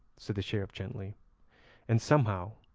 said the sheriff gently and somehow,